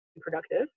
productive